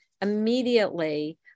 immediately